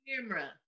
camera